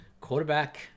Quarterback